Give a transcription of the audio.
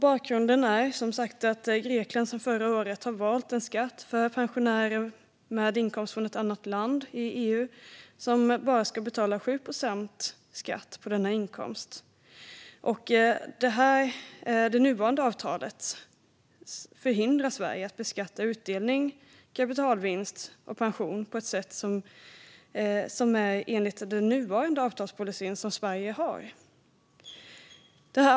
Bakgrunden är som sagt att Grekland sedan förra året har valt att pensionärer med inkomst från annat land i EU bara ska betala 7 procent i skatt. Det nuvarande avtalet förhindrar Sverige att beskatta utdelning, kapitalvinst och pension enligt den nuvarande avtalspolicy som Sverige har.